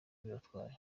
bibatwaye